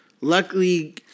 luckily